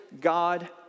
God